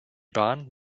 bahn